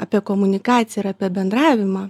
apie komunikaciją ir apie bendravimą